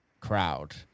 crowd